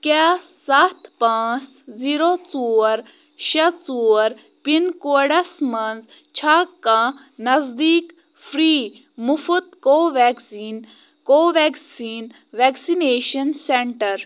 کیٛاہ سَتھ پانٛژھ زیٖرو ژور شےٚ ژور پِن کوڈَس مَنٛز چھےٚ کانٛہہ نزدیٖک فِرٛی مُفٕط کو وٮ۪کسیٖن کو وٮ۪کسیٖن وٮ۪کسِنیشَن سٮ۪نٛٹَر